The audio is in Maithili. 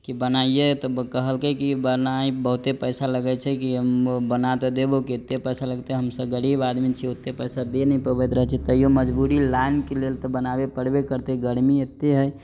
की बनाइये त कहलकै की बनाइ बहुते पैसा लगै छै की हम बना त देबौ की एते पैसा लगतै हमसब गरीब आदमी छी ओतए पैसा दे नै पबैत रहै छी तैयो मजबूरी लाइन के लेल त बनाबे परबे करतै गर्मी एतए है